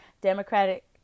democratic